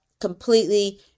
completely